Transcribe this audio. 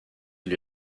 lui